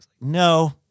No